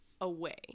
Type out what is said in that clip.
away